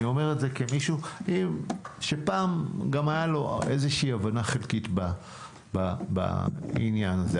אני אומר את זה כמישהו שפעם גם הייתה לו איזושהי הבנה חלקית בעניין הזה.